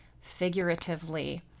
figuratively